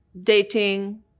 dating